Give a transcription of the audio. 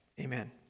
Amen